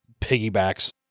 piggybacks